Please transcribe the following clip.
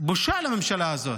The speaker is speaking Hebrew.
בושה לממשלה הזאת.